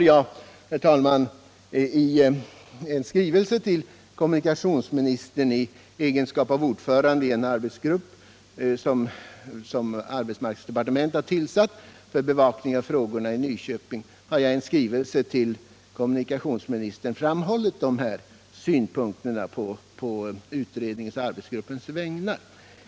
Jag har, herr talman, i egenskap av ordförande i en arbetsgrupp som arbetsmarknadsdepartementet har tillsatt för bevakning av de här frågorna i Nyköping, i en skrivelse till kommunikationsministern på arbetsgruppens vägnar framhållit dessa synpunkter.